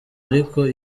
ariko